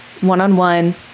one-on-one